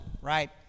right